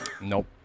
Nope